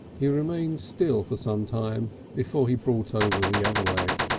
he remained still for some time before he brought over the other leg.